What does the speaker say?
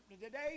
today